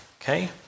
Okay